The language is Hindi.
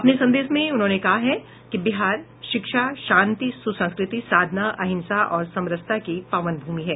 अपने संदेश में इन्होंने कहा है कि बिहार शिक्षा शांति सुसंस्कृति साधना अहिंसा और समरसता की पावन भूमि है